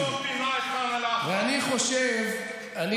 אתה אלוף בדיבורים, חבר הכנסת ליברמן, קודם כול,